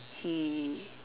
he